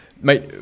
mate